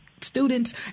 students